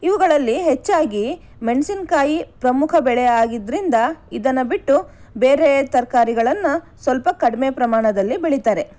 ಇವುಗಳಲ್ಲಿ ಹೆಚ್ಚಾಗಿ ಮೆಣಸಿನಕಾಯಿ ಪ್ರಮುಖ ಬೆಳೆಯಾಗಿದ್ದರಿಂದ ಇದನ್ನು ಬಿಟ್ಟು ಬೇರೆ ತರಕಾರಿಗಳನ್ನು ಸ್ವಲ್ಪ ಕಡಿಮೆ ಪ್ರಮಾಣದಲ್ಲಿ ಬೆಳೀತಾರೆ